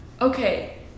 Okay